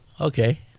Okay